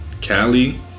Cali